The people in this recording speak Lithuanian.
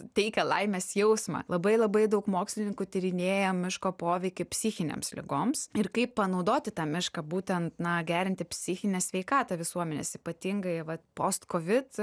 teikia laimės jausmą labai labai daug mokslininkų tyrinėja miško poveikį psichinėms ligoms ir kaip panaudoti tą mišką būtent na gerinti psichinę sveikatą visuomenės ypatingai vat post kovit